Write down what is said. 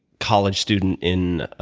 college student in